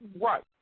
right